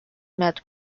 met